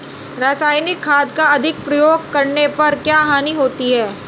रासायनिक खाद का अधिक प्रयोग करने पर क्या हानि होती है?